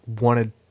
wanted